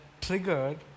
triggered